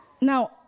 Now